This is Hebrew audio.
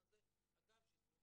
אנשי השלטון